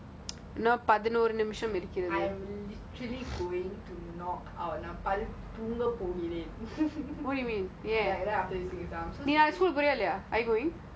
I'm literally going to knock out நான் படுத்து தூங்க போகிறேன்:naan paduthu thunga pogiren